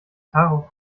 tacho